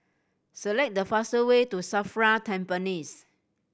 select the fastest way to SAFRA Tampines